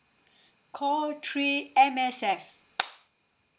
call three M_S_F